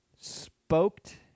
spoked